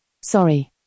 Sorry